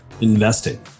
investing